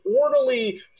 orderly